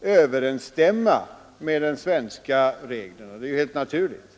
överensstämma med de svenska reglerna; det är helt naturligt.